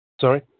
Sorry